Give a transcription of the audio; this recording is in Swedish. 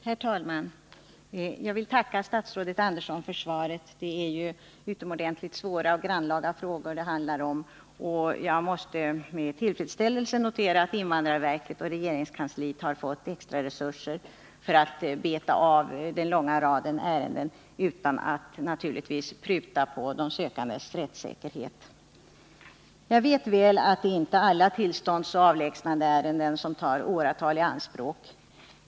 Herr talman! Jag vill tacka statsrådet Andersson för svaret. Det är ju utomordentligt svåra och grannlaga frågor det handlar om här, och jag måste med tillfredsställelse notera att invandrarverket och regeringskansliet har fått extra resurser för att beta av den långa raden ärenden, naturligtvis utan att pruta på de sökandes rättssäkerhet. Jag vet väl att det inte är alla tillståndsoch avlägsnandeärenden som tar åratali anspråk.